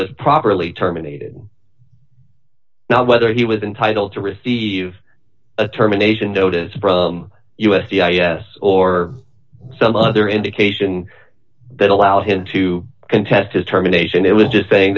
was properly terminated now whether he was entitled to receive a terminations notice from us c i s or some other indication that allowed him to contest his terminations it was just saying